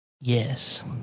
yes